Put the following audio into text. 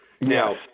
Now